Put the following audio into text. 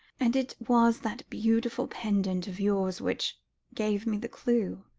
and it was that beautiful pendant of yours which gave me the clue,